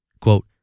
Quote